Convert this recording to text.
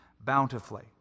bountifully